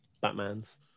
Batman's